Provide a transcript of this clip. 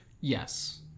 Yes